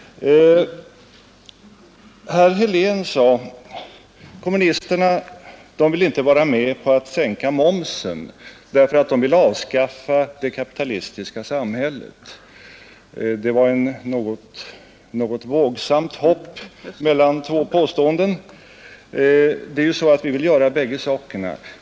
Herr Helén sade att kommunisterna vill inte vara med om att sänka momsen därför att de vill avskaffa det kapitalistiska samhället. Det var ett något vågsamt hopp mellan två påståenden. Vi vill ju göra bägge sakerna.